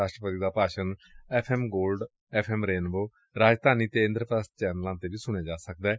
ਰਾਸ਼ਟਰਪਤੀ ਦਾ ਭਾਸ਼ਣ F M Gold F M Rainbow Rajdhani ਅਤੇ ਇੰਦਰਪ੍ਰਸਥ ਚੈਨਲਾਂ ਤੇ ਸੁਣਿਆ ਜਾ ਸਕਦੈ